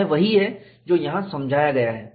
यह वही है जो यहाँ समझाया गया है